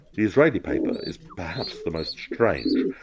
the israeli paper is perhaps the most strange,